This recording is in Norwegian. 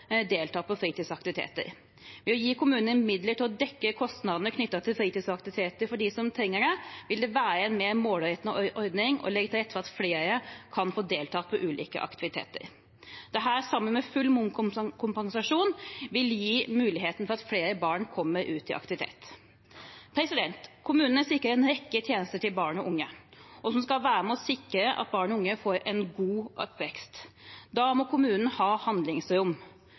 delta på fritidsaktiviteter. Ved å gi kommunene midler til å dekke kostnadene knyttet til fritidsaktiviteter for dem som trenger det, vil det være en mer målrettet ordning som legger til rette for at flere kan få deltatt på ulike aktiviteter. Dette, sammen med full momskompensasjon, vil gi mulighet for at flere barn kommer seg ut i aktivitet. Kommunene sikrer en rekke tjenester til barn og unge som skal være med og sikre at barn og unge får en god oppvekst. Da må kommunene ha handlingsrom.